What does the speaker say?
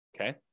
Okay